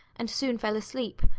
and soon fell asleep.